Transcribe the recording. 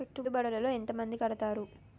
పెట్టుబడుల లో ఎంత మంది కడుతరు?